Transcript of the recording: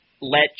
let